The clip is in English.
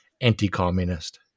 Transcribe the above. anti-communist